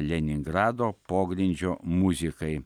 leningrado pogrindžio muzikai